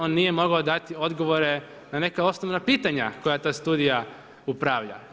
On nije mogao dati odgovore na neka osnovna pitanja koja ta studija upravlja.